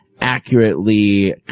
accurately